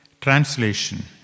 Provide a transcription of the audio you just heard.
Translation